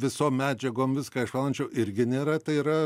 visom medžiagom viską išvalančio irgi nėra tai yra